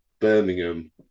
Birmingham